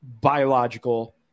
biological